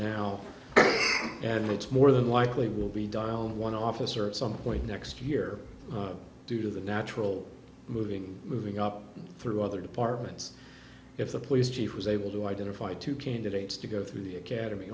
now and it's more than likely it will be done on one officer at some point next year due to the natural moving moving up through other departments if the police chief was able to identify two candidates to go through the academy